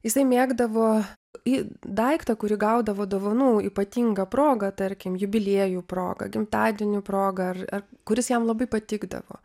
jisai mėgdavo į daiktą kurį gaudavo dovanų ypatingą progą tarkim jubiliejų proga gimtadienių proga ar ar kuris jam labai patikdavo